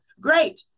great